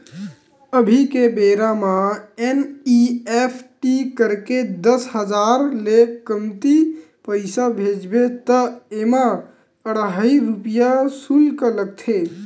अभी के बेरा म एन.इ.एफ.टी करके दस हजार ले कमती पइसा भेजबे त एमा अढ़हइ रूपिया सुल्क लागथे